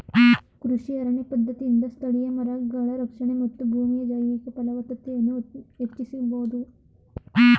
ಕೃಷಿ ಅರಣ್ಯ ಪದ್ಧತಿಯಿಂದ ಸ್ಥಳೀಯ ಮರಗಳ ರಕ್ಷಣೆ ಮತ್ತು ಭೂಮಿಯ ಜೈವಿಕ ಫಲವತ್ತತೆಯನ್ನು ಹೆಚ್ಚಿಸಬೋದು